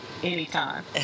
Anytime